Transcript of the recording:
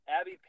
Abby